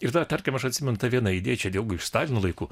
ir na tarkim aš atsimenu tą vieną idėją čia dėl stalino laikų